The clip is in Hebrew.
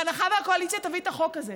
בהנחה שהקואליציה תביא את החוק הזה,